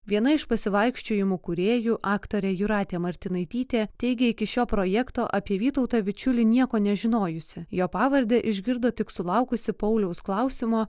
viena iš pasivaikščiojimų kūrėjų aktorė jūratė martinaitytė teigia iki šio projekto apie vytautą vičiulį nieko nežinojusi jo pavardę išgirdo tik sulaukusi pauliaus klausimo